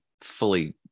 fully